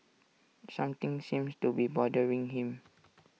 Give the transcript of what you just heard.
something seems to be bothering him